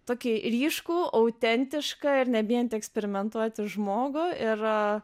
tokį ryškų autentišką ir nebijanti eksperimentuoti žmogų ir